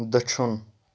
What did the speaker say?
دٔچھُن